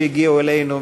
שהגיעו אלינו,